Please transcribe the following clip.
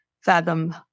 fathom